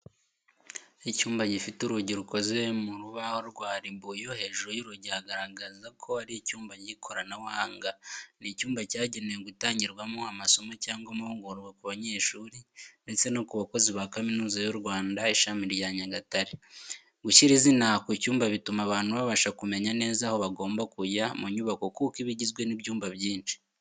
Icyumba gifite urugi rukoze mu rubaho rwa ribuyu, hejuru y'urugi hagaragaza ko ari icyumba cy'ikoranabuhanga. Ni icyumba cyagenewe gutangirwamo amasomo cyangwa amahugurwa ku banyeshuri ndetse no ku bakozi ba kaminuza y'u Rwanda, ishami rya Nyagatare. Gushyira izina ku cyumba bituma abantu babasha kumenya neza aho bagomba kujya mu nyubako kuko iba igizwe n’ibyumba byinshi.